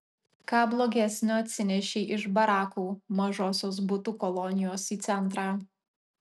ką blogesnio atsinešei iš barakų mažosios butų kolonijos į centrą